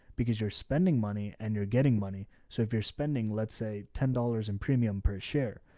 because you're spending money and you're getting money. so if you're spending, let's say ten dollars in premium per share,